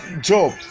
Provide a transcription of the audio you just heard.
job